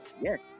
yes